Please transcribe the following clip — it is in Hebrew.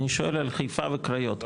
אני שואל על חיפה וקריות,